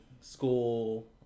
school